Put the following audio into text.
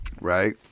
Right